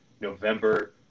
November